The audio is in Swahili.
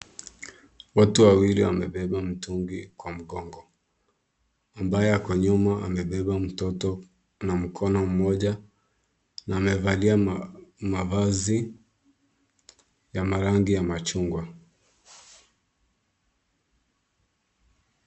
Watu wawili wamebeba mtungi kwa mgongo. Ambaye ako nyuma amebeba mtoto na mkono mmoja na amevalia mavazi ya marangi ya machungwa .